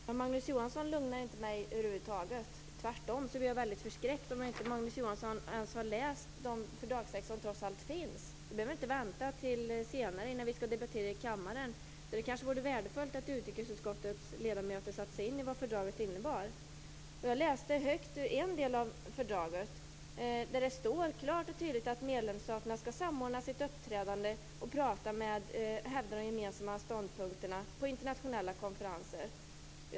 Herr talman! Magnus Johansson lugnar mig inte över huvud taget. Tvärtom blir jag väldigt förskräckt om Magnus Johansson inte har läst de fördragstexter som trots allt finns. Han behöver inte vänta till senare då vi skall debattera i kammaren. Det vore kanske värdefullt om utrikesutskottets ledamöter satte sig in i vad fördraget innebär. Jag läste högt ur en del av fördraget. Där stod det klart och tydligt att medlemsstaterna skall samordna sitt uppträdande och hävda de gemensamma ståndpunkterna på internationella konferenser.